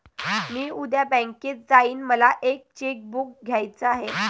मी उद्या बँकेत जाईन मला एक चेक बुक घ्यायच आहे